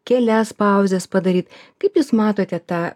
kelias pauzes padaryt kaip jūs matote tą